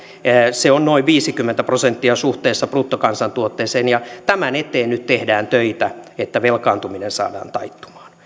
se on noin viisikymmentä prosenttia suhteessa bruttokansantuotteeseen ja tämän eteen nyt tehdään töitä että velkaantuminen saadaan taittumaan